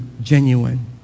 genuine